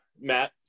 matt